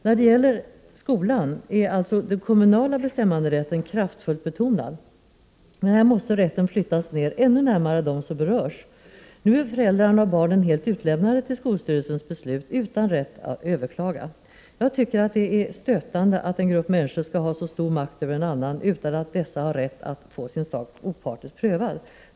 När det gäller skolan är alltså den kommunala bestämmanderätten kraftfullt betonad. Men här måste rätten flyttas ned ännu närmare dem som berörs. Nu är föräldrarna och barnen helt utlämnade till skolstyrelsens beslut, utan rätt att överklaga. Jag tycker att det är stötande att en grupp människor skall ha så stor makt över en annan utan att dessa har rätt att få sin sak opartiskt prövad.